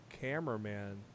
cameraman